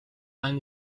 han